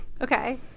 okay